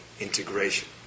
integration